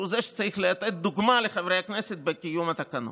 שהוא זה שצריך לתת דוגמה לחברי הכנסת בקיום התקנון,